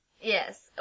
Yes